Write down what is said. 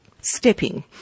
Stepping